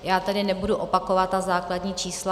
Já tedy nebudu opakovat ta základní čísla.